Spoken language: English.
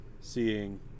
seeing